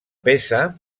peça